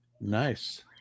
Nice